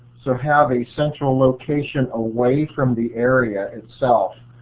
so have a central location away from the area itself